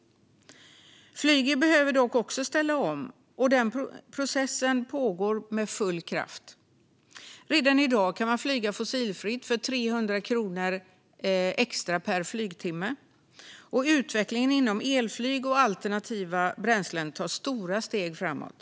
Flyget behöver dock också ställa om, och den processen pågår med full kraft. Redan i dag kan man flyga fossilfritt för 300 kronor extra per flygtimme, och utvecklingen inom elflyg och alternativa bränslen tar stora steg framåt.